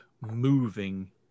moving